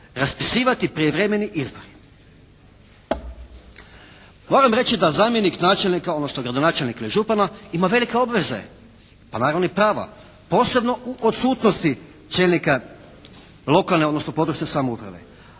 raspisivati prijevremeni izbori. Moram reći da zamjenik načelnika, odnosno gradonačelnika ili župana ima velike obaveze, pa naravno i prava, posebno u odsutnosti čelnika lokalne odnosno područne samouprave.